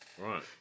right